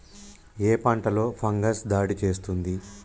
ఏ పంటలో ఫంగస్ దాడి చేస్తుంది?